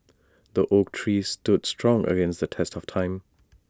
the oak tree stood strong against the test of time